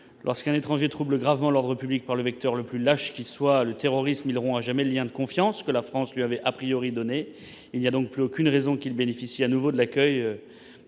Lorsqu'un étranger trouble gravement l'ordre public par le vecteur le plus lâche qui soit, le terrorisme, il rompt à jamais le lien de confiance que la France lui avait donné. Il n'y a plus aucune raison qu'il bénéficie à nouveau de l'accueil